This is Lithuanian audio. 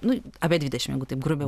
nu apie dvidešim jeigu taip grubiau